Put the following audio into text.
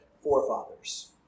forefathers